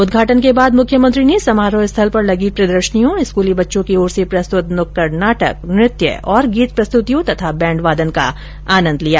उद्घाटन के बाद मुख्यमंत्री ने समारोह स्थल पर लगी प्रदर्शनियों स्कूली बच्चों की ओर से प्रस्तुत नुक्कड़ नाटक नृत्य और गीत प्रस्तुतियों तथा बैंड वादन का आनंद लिया